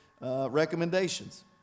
recommendations